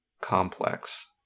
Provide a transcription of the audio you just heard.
complex